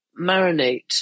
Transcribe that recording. marinate